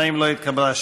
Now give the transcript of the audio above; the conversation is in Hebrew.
התקבלה.